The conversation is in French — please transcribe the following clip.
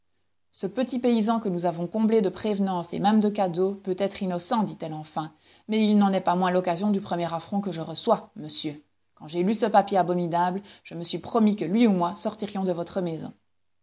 ce petit paysan que nous avons comblé de prévenances et même de cadeaux peut être innocent dit-elle enfin mais il n'en est pas moins l'occasion du premier affront que je reçois monsieur quand j'ai lu ce papier abominable je me suis promis que lui ou moi sortirions de votre maison